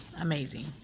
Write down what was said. amazing